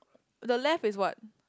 the left is what